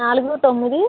నాలుగు తొమ్మిది